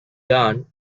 young